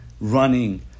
Running